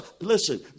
listen